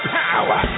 power